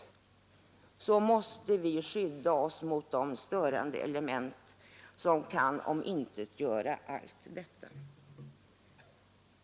Vi måste skydda oss mot de störande element som kan omintetgöra allt detta.